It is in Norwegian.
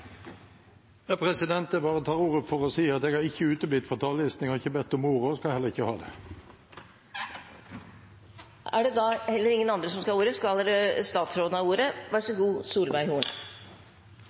tar ordet bare for å si at jeg har ikke uteblitt fra talerlisten. Jeg har ikke bedt om ordet og skal heller ikke ha det.